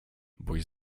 boś